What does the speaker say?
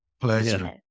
Pleasure